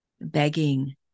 begging